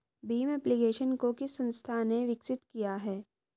Bhim application को किस संस्था ने विकसित किया है?